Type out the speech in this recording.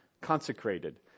consecrated